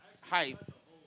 hype